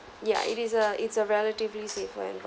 ya it is a it's a relatively safe lah